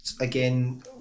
again